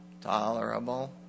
Tolerable